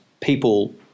people